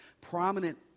prominent